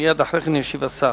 מייד אחרי כן ישיב השר.